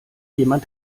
jemand